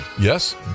Yes